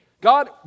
God